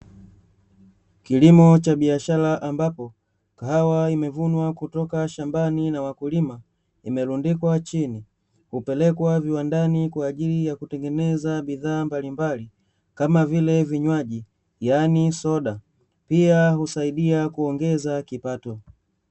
Kilimo cha biashara ambapo, kahawa imevunwa kutoka shambani na wakulima, imerundikwa chini; hupelekwa viwandani kwa ajili ya kutengeneza bidhaa mbalimbali, kama vile vinywaji yaani soda, pia husaidia kuongeza kipato.